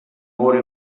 more